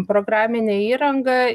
programinė įranga